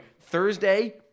Thursday